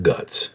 Guts